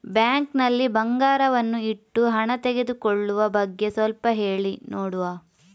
Bank ನಲ್ಲಿ ಬಂಗಾರವನ್ನು ಇಟ್ಟು ಹಣ ತೆಗೆದುಕೊಳ್ಳುವ ಬಗ್ಗೆ ಸ್ವಲ್ಪ ಹೇಳಿ ನೋಡುವ?